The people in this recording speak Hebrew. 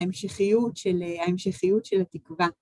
‫ההמשכיות של התקווה.